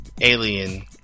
alien